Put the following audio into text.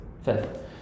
fifth